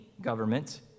government